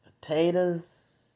potatoes